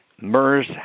MERS